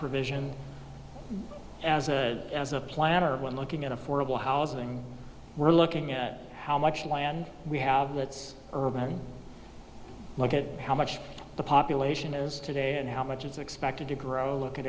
provision as a as a planner when looking at affordable housing we're looking at how much land we have let's look at how much the population is today and how much is expected to grow a look